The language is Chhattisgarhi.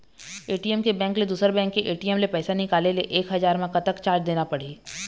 ए.टी.एम के बैंक ले दुसर बैंक के ए.टी.एम ले पैसा निकाले ले एक हजार मा कतक चार्ज देना पड़ही?